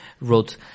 wrote